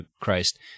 Christ